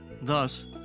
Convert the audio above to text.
thus